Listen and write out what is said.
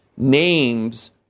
names